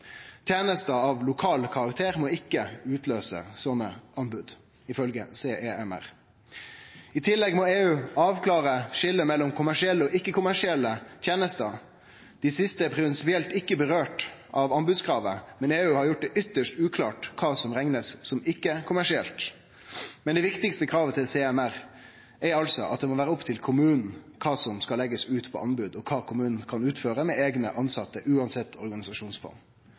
Tenester av lokal karakter må ikkje utløyse sånne anbod, ifølgje CEMR. I tillegg må EU avklare skiljet mellom kommersielle og ikkje-kommersielle tenester. Dei siste er prinsipielt ikkje omfatta av anbodskravet, men EU har gjort det ytst uklart kva som er rekna som ikkje-kommersielt. Men det viktigaste kravet til CEMR er altså at det må vere opp til kommunen kva som skal leggjast ut på anbod, og kva kommunen kan utføre med eigne tilsette uansett organisasjonsform.